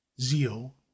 zeal